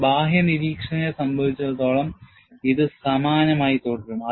ഒരു ബാഹ്യ നിരീക്ഷകനെ സംബന്ധിച്ചിടത്തോളം ഇത് സമാനമായി തുടരും